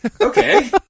okay